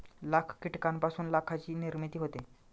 लाख कीटकांपासून लाखाची निर्मिती होते